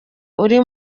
uri